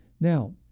Now